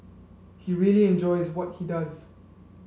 he really enjoys what he does